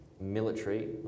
military